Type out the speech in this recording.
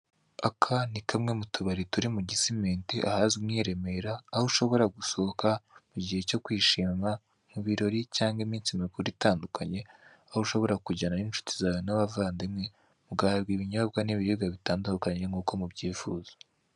Aka ni kamwe mutubari turi mu gisimenti ahazwi nka i Remera, aho ushobora gusohoka mugihe cyo kwishima mu birori cyangwa iminsi mikuru itandukanye, aho ushobora kujyana n'inshuti zawe n'abavandimwe ugahabwa ibinyobwa n'ibiribwa bitandukanye nk'uko mubyifuza.